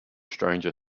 stranger